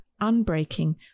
unbreaking